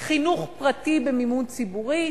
חינוך פרטי במימון ציבורי.